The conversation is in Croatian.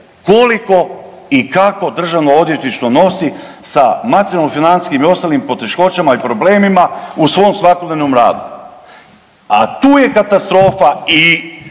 koliko i kako Državnog odvjetništvo nosi sa materijalno financijskim i ostalim poteškoćama i problemima u svom svakodnevnom radu. A tu je katastrofa i